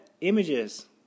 Images